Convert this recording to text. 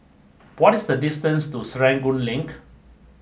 what is the distance to Serangoon Link